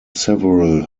several